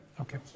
Okay